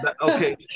Okay